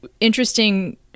interesting